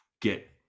get